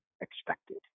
expected